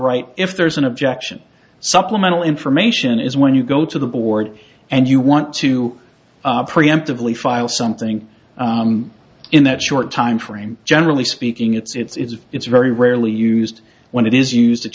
right if there's an objection supplemental information is when you go to the board and you want to preemptively file something in that short time frame generally speaking it's it's very rarely used when it is used it's